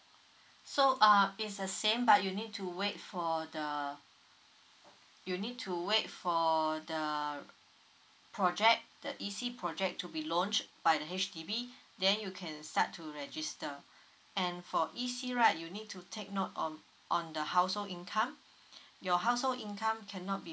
so uh it's the same but you need to wait for the you need to wait for the project the E_C project to be launched by the H_D_B then you can start to register and for E_C right you need to take note on on the household income your household income cannot be